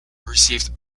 received